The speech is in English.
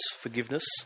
forgiveness